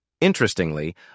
Interestingly